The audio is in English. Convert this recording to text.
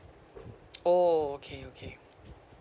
oh okay okay